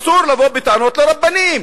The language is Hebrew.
אסור לבוא בטענות לרבנים,